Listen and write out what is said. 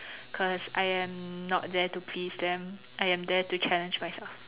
because I am not there to please them I am there to challenge myself